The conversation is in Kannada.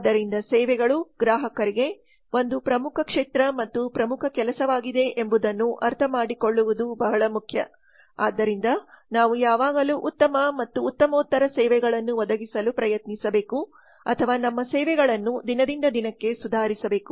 ಆದ್ದರಿಂದ ಸೇವೆಗಳು ಗ್ರಾಹಕರಿಗೆ ಒಂದು ಪ್ರಮುಖ ಕ್ಷೇತ್ರ ಮತ್ತು ಪ್ರಮುಖ ಕೆಲಸವಾಗಿದೆ ಎಂಬುದನ್ನು ಅರ್ಥಮಾಡಿಕೊಳ್ಳುವುದು ಬಹಳ ಮುಖ್ಯ ಆದ್ದರಿಂದ ನಾವು ಯಾವಾಗಲೂ ಉತ್ತಮ ಮತ್ತು ಉತ್ತಮ ಸೇವೆಗಳನ್ನು ಒದಗಿಸಲು ಪ್ರಯತ್ನಿಸಬೇಕು ಅಥವಾ ನಮ್ಮ ಸೇವೆಗಳನ್ನು ದಿನದಿಂದ ದಿನಕ್ಕೆ ಸುಧಾರಿಸಬೇಕು